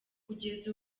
kugeza